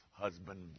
husband